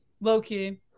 low-key